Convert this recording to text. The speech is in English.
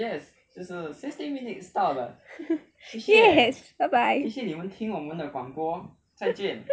yes bye bye